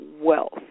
wealth